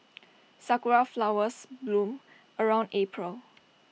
Sakura Flowers bloom around April